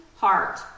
heart